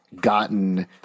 gotten